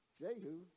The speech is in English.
Jehu